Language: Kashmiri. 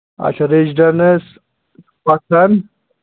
اچھا ریٚزِڈَنٕس پَتھَن